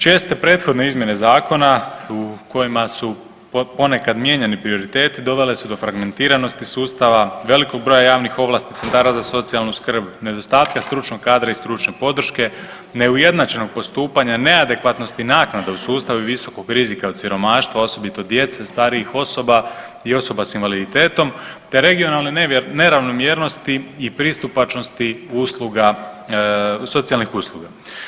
Česte prethodne izmjene zakona u kojima su ponekad mijenjani prioriteti dovele su do fragmentiranosti sustava, velikog broja javnih ovlasti centara za socijalnu skrb, nedostatka stručnog kadra i stručne podrške, neujednačenog postupanja, neadekvatnosti naknada u sustavu i visokog rizika od siromaštva osobito djece i starijih osoba i osoba s invaliditetom te regionalne neravnomjernosti i pristupačnosti usluga, socijalnih usluga.